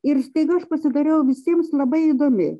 ir staiga aš pasidariau visiems labai įdomi